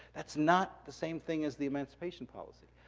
that's not the same thing as the emancipation policy.